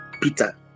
Peter